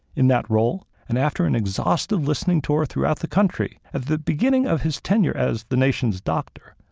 in that role, and after an exhaustive listening tour throughout the country at the beginning of his tenure as the nation's doctor,